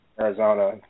Arizona